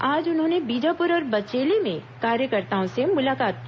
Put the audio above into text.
आज उन्होंने बीजापुर और बचेली में कार्यकर्ताओं से मुलाकात की